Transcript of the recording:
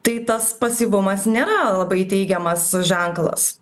tai tas pasyvumas nėra labai teigiamas ženklas